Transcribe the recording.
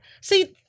see